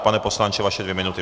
Pane poslanče, vaše dvě minuty.